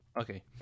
Okay